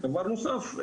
דבר נוסף,